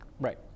Right